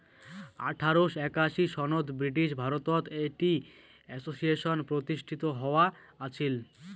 আঠারোশ একাশি সনত ব্রিটিশ ভারতত টি অ্যাসোসিয়েশন প্রতিষ্ঠিত হয়া আছিল